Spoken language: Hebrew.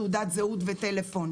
תעודת זהות וטלפון.